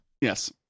Yes